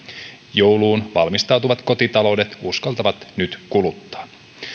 jouluun valmistautuvat kotitaloudet uskaltavat nyt kuluttaa